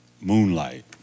moonlight